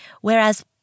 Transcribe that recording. Whereas